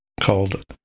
called